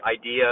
idea